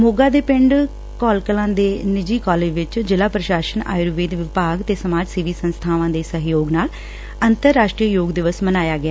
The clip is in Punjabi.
ਸੋਗਾ ਦੇ ਪਿੰਡ ਘੋਲ ਕਲਾਂ ਦੇ ਨਿੱਜੀ ਕਾਲਜ ਵਿਚ ਜ਼ਿਲ਼ਾ ਪ੍ਰਸ਼ਾਸਨ ਆਯੁਰਵੇਦ ਵਿਭਾਗ ਤੇ ਸਮਾਜ ਸੇਵੀ ਸੰਸਬਾਵਾਂ ਦੇ ਸਹਿਯੋਗ ਨਾਲ ਅੰਤਰਰਾਸਟਰੀ ਯੋਗ ਦਿਵਸ ਮਨਾਇਆ ਗਿਆ